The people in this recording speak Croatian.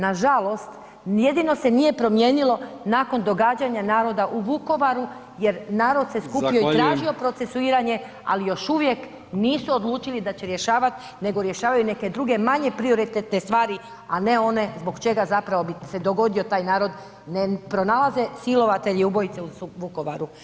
Nažalost, jedino se nije promijenilo nakon događanja naroda u Vukovaru jer narod se [[Upadica: Zahvaljujem]] skupio i tražio procesuiranje, ali još uvijek nisu odlučili da će rješavat, nego rješavaju neke druge manje prioritetne stvari, a ne one zbog čega zapravo bi se dogodio taj narod, ne pronalaze silovatelje i ubojice u Vukovaru